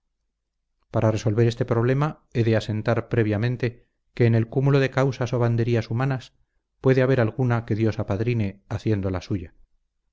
para resolver este problema he de asentar previamente que en el cúmulo de causas o banderías humanas puede haber alguna que dios apadrine haciéndola suya